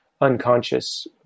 unconscious